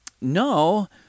no